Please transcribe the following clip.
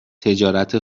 تجارت